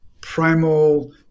primal